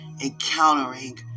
encountering